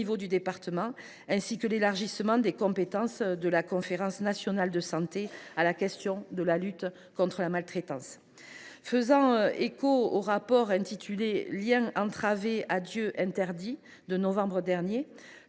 du département, ainsi que l’élargissement des compétences de la Conférence nationale de santé (CNS) à la question de la lutte contre la maltraitance. Faisant écho au rapport intitulé de novembre dernier,